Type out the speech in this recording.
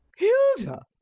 hilda?